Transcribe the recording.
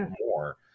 more